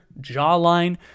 jawline